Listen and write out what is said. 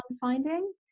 finding